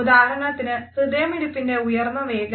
ഉദാഹരണത്തിന് ഹൃദയമിടിപ്പിന്റെ ഉയർന്ന വേഗത